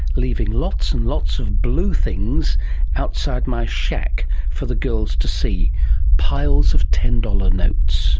leaving lots and lots of blue things outside my shack for the girls to see piles of ten dollars notes